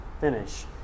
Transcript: finish